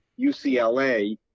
UCLA